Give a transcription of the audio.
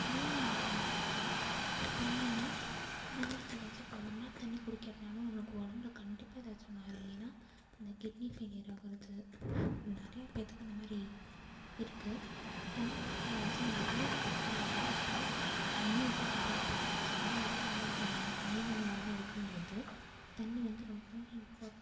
ஏன் அந்த தண்ணின்னால் நம்மளுக்கு ஏதாச்சும் இப்போ ஒரு நாள் தண்ணி குடிக்காட்டினாலும் நம்மளுக்கு உடம்புல கண்டிப்பாக ஏதாச்சும் ஒன்று ஆகிரும் ஏன்னால் இந்த கிட்னி ஃபெய்லியர் ஆகிறது நிறையா பேருத்துக்கு அந்தமாதிரி இருக்குது தண்ணி குடிக்காத வாசி நிறைய பிரச்சின வரும் ஸோ தண்ணி தான் ரொம்ப இம்பார்டண்ட் சாதம் கூட இல்லாமல் இருந்துடுவாங்க ஆனால் தண்ணி இல்லாமல் யாருமே இருக்க முடியாது தண்ணி வந்து ரொம்ப ரொம்ப இம்பார்டண்ட்